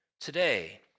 today